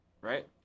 right